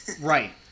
right